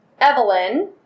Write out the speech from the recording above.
Evelyn